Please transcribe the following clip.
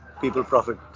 people-profit